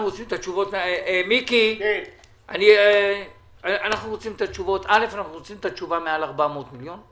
א', אנחנו רוצים תשובה מעל 400 מיליון,